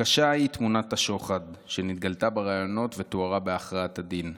"קשה היא תמונת השוחד שנתגלתה בראיות ותוארה בהכרעת הדין.